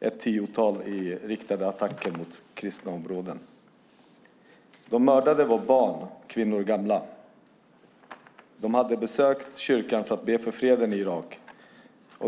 ett tiotal i riktade attacker mot kristna områden. De mördade var barn, kvinnor och gamla som hade besökt kyrkan för att be för freden i Irak.